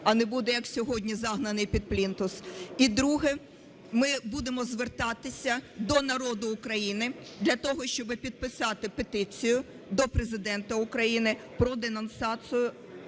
а не буде, як сьогодні, загнаний під плінтус. І друге. Ми будемо звертатися до народу України для того, щоби підписати петицію до Президента окраїни про денонсацію